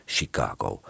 Chicago